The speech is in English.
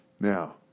Now